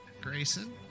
Grayson